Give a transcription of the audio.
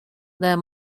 their